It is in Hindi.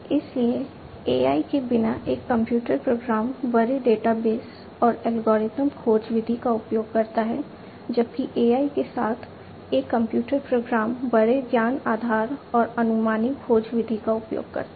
इसलिए AI के बिना एक कंप्यूटर प्रोग्राम बड़े डेटाबेस और एल्गोरिथम खोज विधि का उपयोग करता है जबकि AI के साथ एक कंप्यूटर प्रोग्राम बड़े ज्ञान आधार और अनुमानी खोज विधि का उपयोग करता है